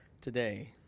today